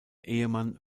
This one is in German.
ehemann